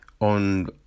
On